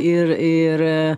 ir ir